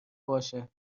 باشه